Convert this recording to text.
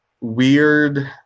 weird